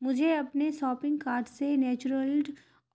مجھے اپنے shopping card سے نیچولرڈ